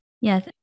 Yes